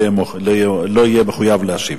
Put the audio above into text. הוא לא יהיה מחויב להשיב.